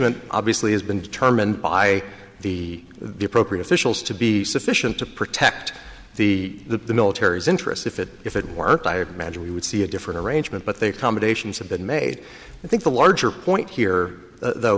ment obviously has been determined by the the appropriate officials to be sufficient to protect the military's interest if it if it worked i imagine we would see a different arrangement but there combinations have been made i think the larger point here though